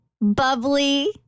bubbly